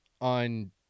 on